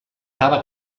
cava